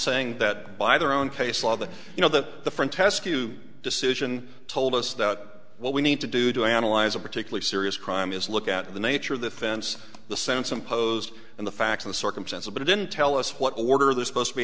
saying that by their own case law that you know that the front test tube decision told us that what we need to do to analyze a particularly serious crime is look at the nature of the fence the sense imposed and the facts of the circumstances but it didn't tell us what order they're supposed to be